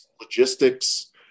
logistics